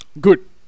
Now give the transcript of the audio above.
Good